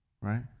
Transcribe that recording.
Right